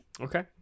Okay